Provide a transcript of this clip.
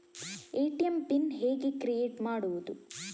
ATM PIN ಹೇಗೆ create ಮಾಡುವುದು?